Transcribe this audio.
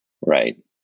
Right